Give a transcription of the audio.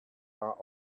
are